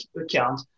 account